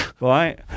Right